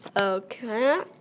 Okay